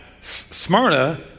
smyrna